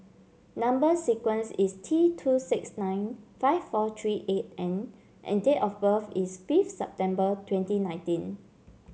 number sequence is T two six nine five four three eight N and date of birth is fifth September twenty nineteen